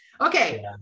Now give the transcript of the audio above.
okay